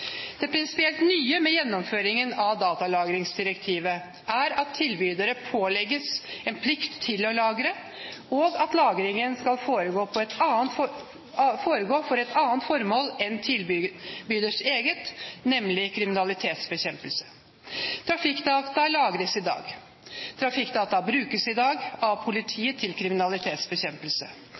Det prinsipielt nye med gjennomføringen av datalagringsdirektivet er at tilbyderne pålegges en plikt til å lagre, og at lagringen skal foregå for et annet formål enn tilbyders eget, nemlig kriminalitetsbekjempelse. Trafikkdata lagres i dag. Trafikkdata brukes i dag av politiet til kriminalitetsbekjempelse.